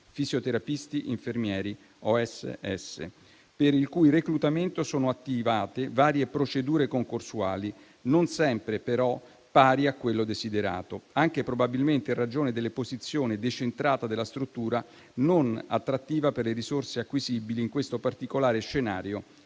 e operatori sociosanitari, per il cui reclutamento sono attivate varie procedure concorsuali, non sempre però pari a quello desiderato, anche probabilmente in ragione della posizione decentrata della struttura, non attrattiva per le risorse acquisibili in questo particolare scenario